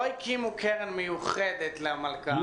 לא הקימו קרן מיוחדת למלכ"רים,